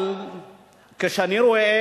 אבל כשאני רואה,